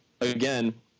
again